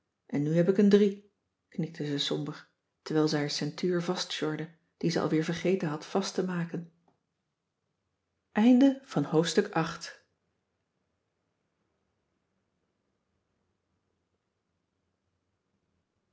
en nu heb ik een drie knikte ze somber terwijl ze haar ceintuur vastsjorde die ze alweer vergeten had vast te maken